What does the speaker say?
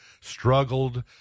struggled